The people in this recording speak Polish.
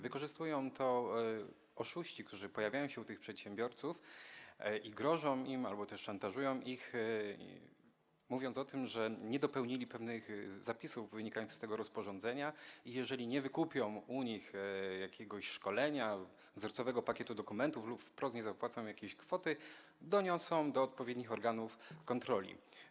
Wykorzystują to oszuści, którzy pojawiają się u tych przedsiębiorców i grożą im albo też szantażują ich, mówiąc o tym, że nie dopełnili pewnych obowiązków wynikających z zapisów tego rozporządzenia i jeżeli nie wykupią u nich jakiegoś szkolenia, wzorcowego pakietu dokumentów lub wprost nie zapłacą jakiejś kwoty, doniosą do odpowiednich organów kontroli.